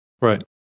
Right